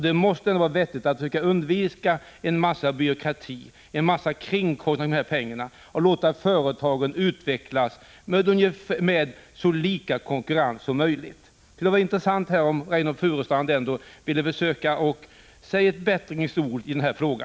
Det måste vara vettigt att försöka undvika en massa byråkrati och krångel kring dessa pengar och låta företagen utvecklas under så lika konkurrensförhållanden som möjligt. Det skulle vara intressant om Reynoldh Furustrand här ändå ville säga ett bättringens ord i denna fråga.